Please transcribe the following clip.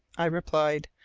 i replied.